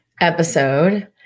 episode